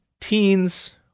teens